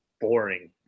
boring